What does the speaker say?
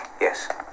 Yes